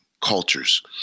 cultures